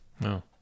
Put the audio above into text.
No